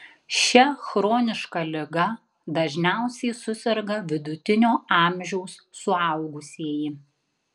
šia chroniška liga dažniausiai suserga vidutinio amžiaus suaugusieji